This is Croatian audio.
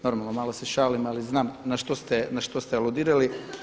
Normalno, malo s šalim, ali znam na što ste aludirali.